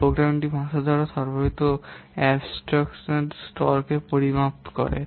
এটি প্রোগ্রামিং ভাষা দ্বারা সরবরাহিত বিমূর্ততা স্তরকে পরিমাপ করে